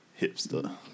hipster